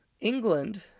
England